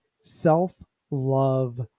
self-love